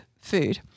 food